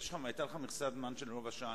היתה לך מכסת זמן של רבע שעה.